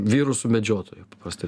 virusu medžiotoju paprastai